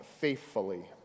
faithfully